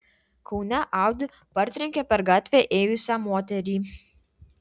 kaune audi partrenkė per gatvę ėjusią moterį